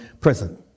prison